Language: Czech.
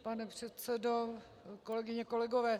Pane předsedo, kolegyně, kolegové.